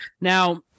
Now